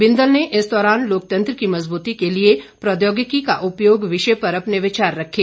बिंदल ने इस दौरान लोकतंत्र की मजबूती के लिए प्रौद्योगिकी का उपयोग विषय पर अपने विचार रखे